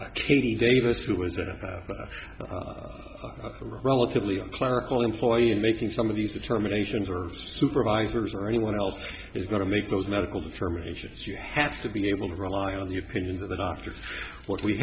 a relatively clerical employee and making some of these determinations or supervisors or anyone else is going to make those medical determinations you have to be able to rely on the opinions of the doctors what we